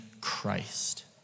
Christ